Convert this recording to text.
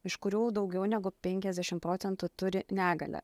iš kurių daugiau negu penkiasdešimt procentų turi negalią